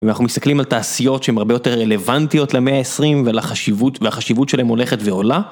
אם אנחנו מסתכלים על תעשיות שהן הרבה יותר רלוונטיות למאה ה-20 ולחשיבות והחשיבות שלהן הולכת ועולה.